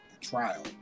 trial